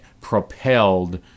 propelled